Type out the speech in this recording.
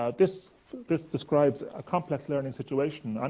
ah this this describes a complex learning situation, and